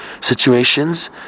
situations